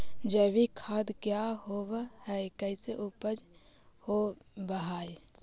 जैविक खाद क्या होब हाय कैसे उपज हो ब्हाय?